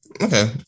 okay